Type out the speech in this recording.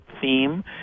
theme